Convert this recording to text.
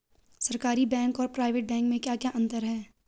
सरकारी बैंक और private bank में क्या क्या अंतर हैं?